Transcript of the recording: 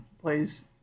plays